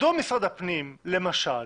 מדוע משרד הפנים למשל